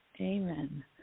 Amen